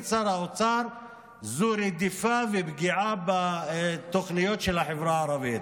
שר האוצר זו רדיפה ופגיעה בתוכניות של החברה הערבית.